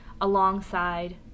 alongside